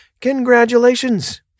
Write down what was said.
congratulations